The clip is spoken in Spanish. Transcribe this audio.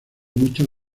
muchas